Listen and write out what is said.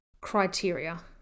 criteria